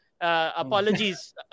apologies